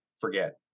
forget